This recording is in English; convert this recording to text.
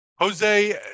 Jose